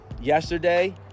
Yesterday